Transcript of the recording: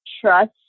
trust